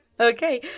Okay